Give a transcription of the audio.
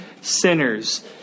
sinners